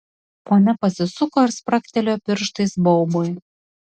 ponia pasisuko ir spragtelėjo pirštais baubui